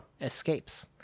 escapes